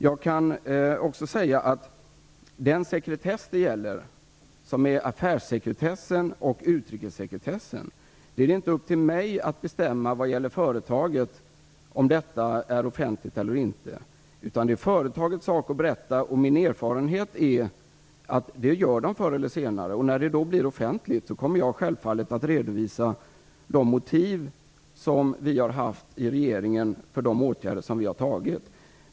Jag kan också säga om den sekretess det gäller, dvs. affärssekretessen och utrikessekretessen, att det inte är upp till mig att bestämma vad gäller företaget om detta är offentligt eller inte. Det är företagets sak att berätta om detta, och min erfarenhet är att det sker förr eller senare. När det då blir offentligt kommer jag självfallet att redovisa de motiv som vi har haft i regeringen för de åtgärder som vi har vidtagit.